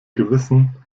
gewissen